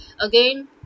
Again